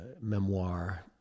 memoir